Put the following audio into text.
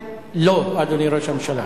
אדוני ראש הממשלה,